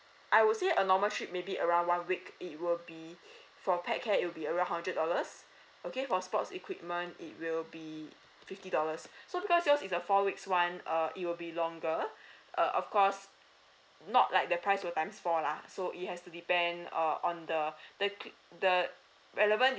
I would say a normal trip maybe around one week it will be for pet care it'll be around hundred dollars okay for sports equipment it will be fifty dollars so because yours is a four weeks [one] uh it will be longer uh of course not like the price will times four lah so it has to depend uh on the the the relevant